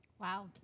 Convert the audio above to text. Wow